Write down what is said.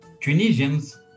Tunisians